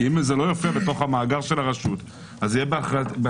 כי אם זה לא יופיע בתוך המאגר של הרשות אז יהיה באחריותה